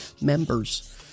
members